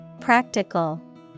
Practical